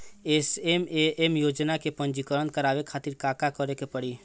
SMAM योजना में पंजीकरण करावे खातिर का का करे के पड़ी?